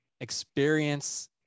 experience